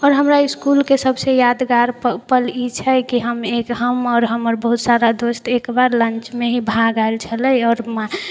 आओर हमरा इसकुलके सबसँ ज्यादा यादगार पल ई छै कि हम एक हम आओर हमर बहुत सारा दोस्त एकबेर लञ्चमे ही भाग आएल छलिए आओर